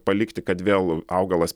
palikti kad vėl augalas